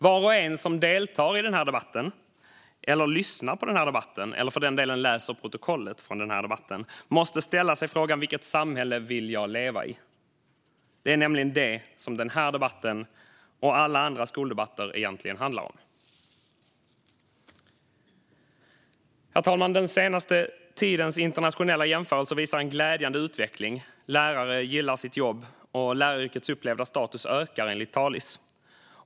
Var och en som deltar i, lyssnar på eller för den delen läser protokollet från den här debatten måste ställa sig frågan: Vilket samhälle vill jag leva i? Det är nämligen det som den här och alla andra skoldebatter egentligen handlar om. Herr talman! Den senaste tidens internationella jämförelser visar en glädjande utveckling. Lärare gillar sitt jobb, och läraryrkets upplevda status ökar enligt Talis.